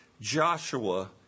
Joshua